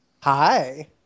Hi